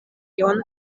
ion